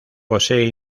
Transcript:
posee